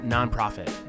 Nonprofit